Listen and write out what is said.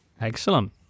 Excellent